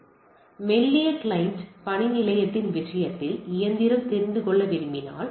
எனவே மெல்லிய கிளையன்ட் பணிநிலையத்தின் விஷயத்தில் இயந்திரம் தெரிந்து கொள்ள விரும்பினால்